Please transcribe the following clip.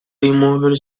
rimuovere